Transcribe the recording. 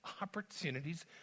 opportunities